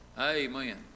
Amen